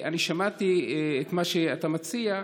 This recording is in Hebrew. אני שמעתי את מה שאתה מציע,